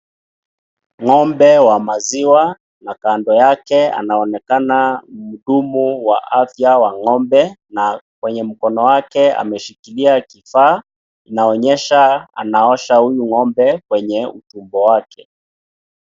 Ng'ombe wa maziwa na kando yake anaonekana mhudumu wa afya wa ng'ombe na kwenye mkono wake ameshikilia kifaa inaonyesha anaosha huyu ng'ombe kwenye ukubwa wake.